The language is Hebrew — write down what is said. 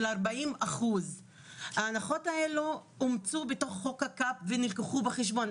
40%. ההנחות האלה אומצו בתוך חוק הקאפ ונלקחו בחשבון.